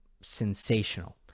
sensational